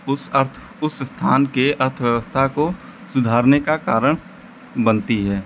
उस अर्थ उस स्थान की अर्थव्यवस्था को सुधारने का कारण बनती है